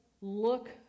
look